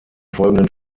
folgenden